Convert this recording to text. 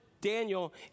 Daniel